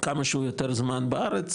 כמה שהוא יותר זמן בארץ,